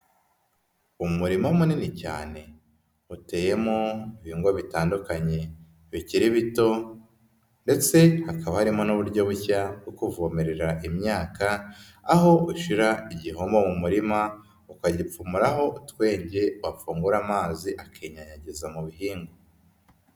Umurima munini cyane uteyemo ibihingwa bitandukanye bikiri bito ndetse hakaba harimo n'uburyo bushya bwo kuvomerera imyaka, aho ushyira igihombo mu murima ukagipfumuraho utwenge wafungura amazi akinyanyagiza mu bihingwa.